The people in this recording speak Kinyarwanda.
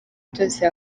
byose